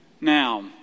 Now